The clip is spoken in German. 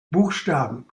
buchstaben